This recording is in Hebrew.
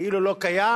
כאילו לא קיים,